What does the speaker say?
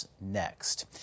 next